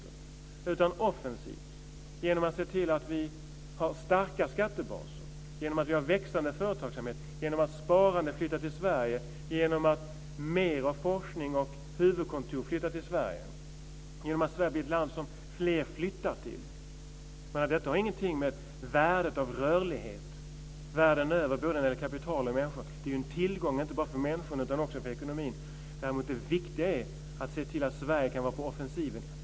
Man ska göra det offensivt genom att se till att vi har starka skattebaser, genom att vi har växande företagsamhet, genom att sparande flyttas till Sverige, genom att mer av forskning och huvudkontor flyttar till Sverige, genom att Sverige blir ett land som fler flyttar till. Detta har ingenting med värdet av rörlighet världen över när det gäller både kapital och människor att göra. Det är ju en tillgång inte bara för människorna utan också för ekonomin. Däremot är det viktiga att se till att Sverige kan vara på offensiven.